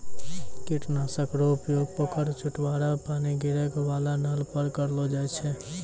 कीट नाशक रो उपयोग पोखर, चवुटरा पानी गिरै वाला नल पर करलो जाय छै